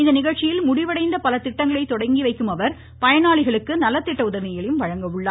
இந்நிகழ்ச்சியில் முடிவடைந்த பல திட்டங்களை தொடங்கிவைக்கும் அவர் பயனாளிகளுக்கு நலத்திட்ட உதவிகளையும் வழங்க உள்ளார்